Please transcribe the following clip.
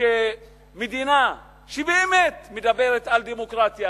שמדינה שבאמת מדברת על דמוקרטיה,